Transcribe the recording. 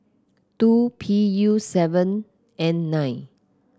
two P U seven N nine